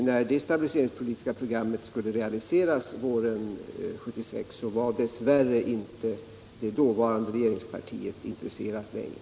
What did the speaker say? När det stabiliseringspolitiska paketet skulle realiseras våren 1976 var dess värre inte det dåvarande regeringspartiet intresserat längre.